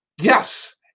Yes